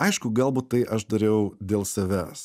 aišku galbūt tai aš dariau dėl savęs